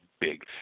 big